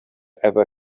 ever